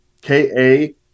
K-A